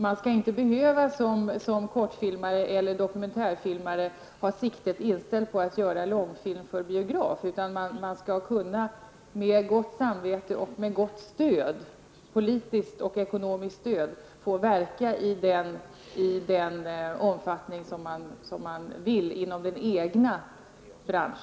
Man skall som kortfilmare eller dokumentärfilmare inte behöva ha siktet inställt på att göra långfilm för biograf, utan man skall med gott samvete och med gott politiskt och ekonomiskt stöd kunna verka inom den egna branschen i den omfattning man önskar.